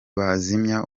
bazimya